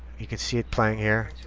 you can see it playing here.